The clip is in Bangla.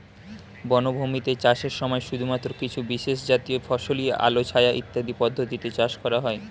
বনভূমিতে চাষের সময় শুধুমাত্র কিছু বিশেষজাতীয় ফসলই আলো ছায়া ইত্যাদি পদ্ধতিতে চাষ করা হয়